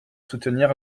soutenir